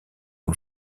aux